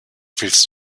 willst